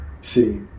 see